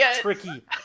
tricky